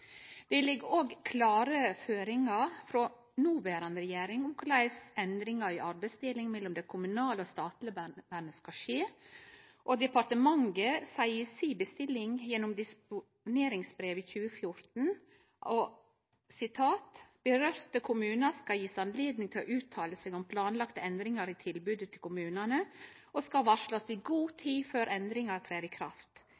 dei vurderingane som Stortinget har gjeve av korleis tilbodet skal gjevast og organiserast. Det ligg òg klare føringar frå noverande regjering om korleis endringar i arbeidsdeling mellom det kommunale og det statlege barnevernet skal skje. Departementet seier i si bestilling gjennom disponeringsbrev for 2014: «Berørte kommuner skal gis anledning til å uttale seg om planlagte endringer i tilbudet til kommunene, og skal varsles i god